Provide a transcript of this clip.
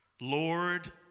Lord